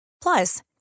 Plus